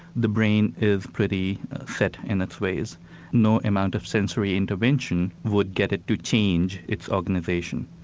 the brain is pretty set in its ways no amount of sensory intervention would get it to change its organisation,